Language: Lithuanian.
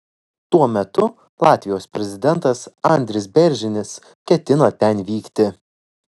tuo metu latvijos prezidentas andris bėrzinis ketina ten vykti